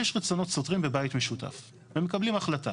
יש רצונות סותרים בבית משותף ומקבלים החלטה.